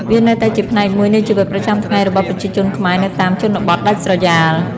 វានៅតែជាផ្នែកមួយនៃជីវិតប្រចាំថ្ងៃរបស់ប្រជាជនខ្មែរនៅតាមជនបទដាច់ស្រយាល។